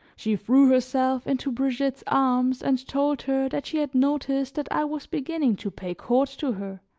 she threw herself into brigitte's arms and told her that she had noticed that i was beginning to pay court to her,